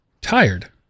tired